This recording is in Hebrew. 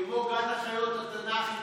כמו גן החיות התנ"כי,